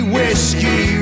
Whiskey